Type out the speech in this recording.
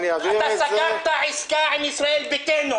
אני אעביר את זה --- אתה סגרת עסקה עם ישראל ביתנו,